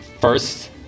first